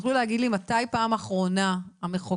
תוכלו להגיד לי מתי פעם אחרונה המחוקק